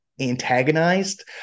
antagonized